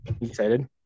excited